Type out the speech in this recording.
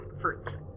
fruit